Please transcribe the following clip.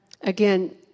Again